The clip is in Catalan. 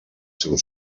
seu